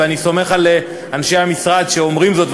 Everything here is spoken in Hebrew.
ואני סומך על אנשי המשרד שאומרים זאת,